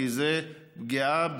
כי זו פגיעה באמונה,